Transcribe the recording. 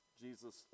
Jesus